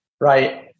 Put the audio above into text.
right